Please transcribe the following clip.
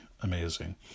amazing